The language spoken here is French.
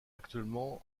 actuellement